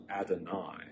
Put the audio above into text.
Adonai